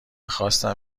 خواستم